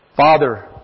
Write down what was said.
Father